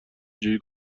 جویی